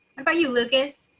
about you, lucas.